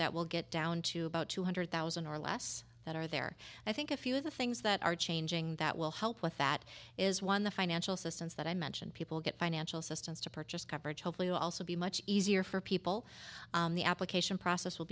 that will get down to about two hundred thousand or less that are there i think a few of the things that are changing that will help with that is one the financial systems that i mentioned people get financial systems to purchase coverage hopefully will also be much easier for people in the application process will